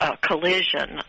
collision